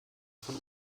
von